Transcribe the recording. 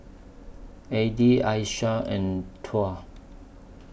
Adi Aisyah and Tuah